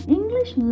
English